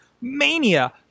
MANIA